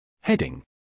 Heading